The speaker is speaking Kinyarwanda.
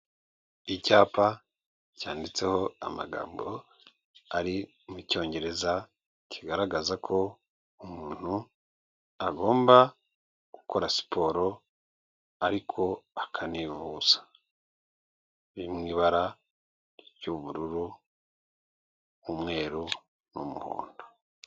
Icyapa cyanditseho amagambo ari mu cyongereza, kigaragaza ko umuntu agomba gukora siporo ariko akanivuza, biri mu ibara ry'ubururu, umweru n'umuhondo.